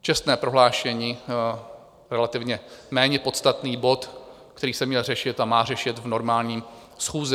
Čestné prohlášení relativně méně podstatný bod, který se měl řešit a má řešit v normální schůzi.